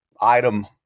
item